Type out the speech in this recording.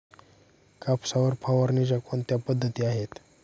कापसावर फवारणीच्या कोणत्या पद्धती आहेत?